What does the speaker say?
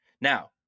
Now